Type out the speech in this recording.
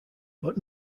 but